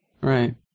Right